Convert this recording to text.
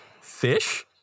Fish